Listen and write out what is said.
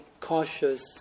cautious